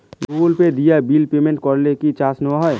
Google Pay দিয়ে bill payment করলে কি চার্জ নেওয়া হয়?